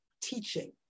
teaching